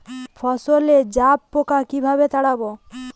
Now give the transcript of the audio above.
ফসলে জাবপোকা কিভাবে তাড়াব?